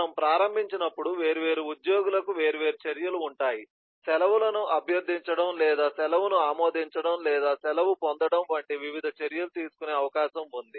మనము ప్రారంభించినప్పుడు వేర్వేరు ఉద్యోగుల కు వేర్వేరు చర్యలు ఉంటాయి సెలవులను అభ్యర్థించడం లేదా సెలవును ఆమోదించడం లేదా సెలవు పొందడం వంటి వివిధ చర్యలు తీసుకునే అవకాశం ఉంది